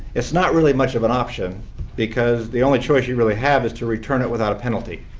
it's not really much of an option because the only choice you really have is to return it without a penalty.